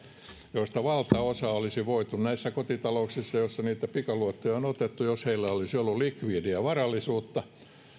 valtaosa näistä olisi voitu välttää näissä kotitalouksissa joissa niitä pikaluottoja on on otettu jos heillä olisi ollut likvidiä varallisuutta